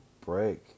break